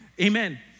Amen